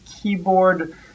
keyboard